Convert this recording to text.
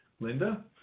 Linda